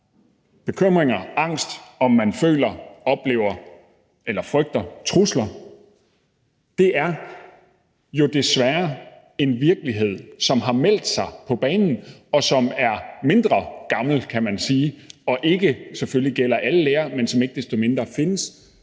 bekymringer, angst, om man føler, oplever eller frygter trusler. Det er jo desværre en virkelighed, som har meldt sig på banen, og som er mindre gammel, kan man sige, og selvfølgelig ikke gælder alle lærere, men som ikke desto mindre findes